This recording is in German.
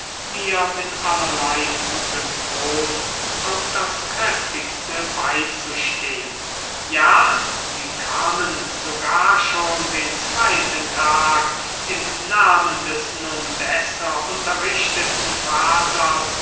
mir mit allerlei gutem trost auf das kräftigste beizustehen ja sie kamen sogar schon den zweiten tag im namen des nun besser unterrichteten vaters